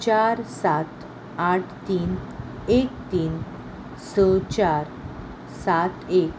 चार सात आठ तीन एक तीन स चार सात एक